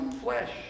flesh